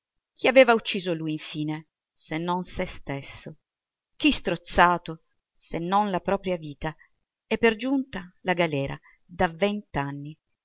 chi aveva ucciso lui infine se non se stesso chi strozzato se non la propria vita e per giunta la galera da